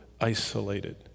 isolated